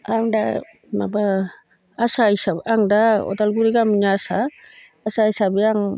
आं दा माबा आसा हिसाब आं दा अदालगुरि गामिनि आसा आसा हिसाबै आं